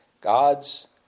God's